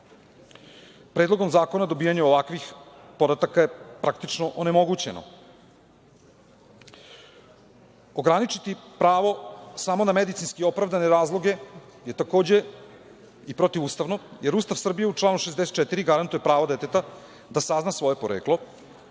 Predlogom zakona dobijanje ovakvih podataka je praktično onemogućeno. Ograničiti pravo samo na medicinski opravdane razloge je takođe protivustavno jer Ustav Srbije u članu 64. garantuje pravo deteta da sazna svoje poreklo